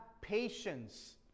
patience